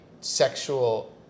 sexual